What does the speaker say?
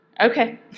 Okay